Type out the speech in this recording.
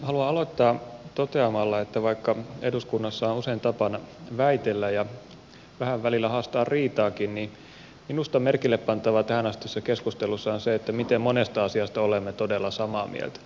haluan aloittaa toteamalla että vaikka eduskunnassa on usein tapana väitellä ja vähän välillä haastaa riitaakin niin minusta merkillepantavaa tähänastisessa keskustelussa on se miten monesta asiasta olemme todella samaa mieltä